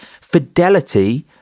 Fidelity